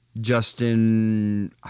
Justin